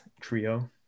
trio